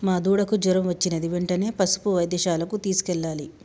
మా దూడకు జ్వరం వచ్చినది వెంటనే పసుపు వైద్యశాలకు తీసుకెళ్లాలి